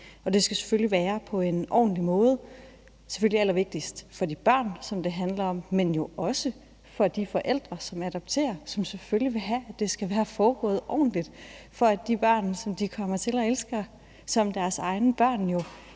være på en ordentlig måde, selvfølgelig allervigtigst for de børn, det handler om, men jo også for de forældre, som adopterer, og som selvfølgelig vil have, at det skal være foregået ordentligt, for at de børn, som de kommer til at elske som deres egne børn,